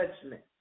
judgment